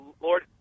Lord